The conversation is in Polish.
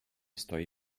stoi